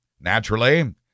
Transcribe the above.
Naturally